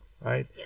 right